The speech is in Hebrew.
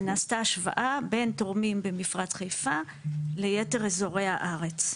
ונעשתה השוואה בין תורמים במפרץ חיפה ליתר אזורי הארץ,